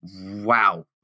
wow